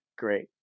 Great